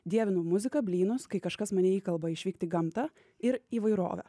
dievinu muziką blynus kai kažkas mane įkalba išvykt į gamtą ir įvairovę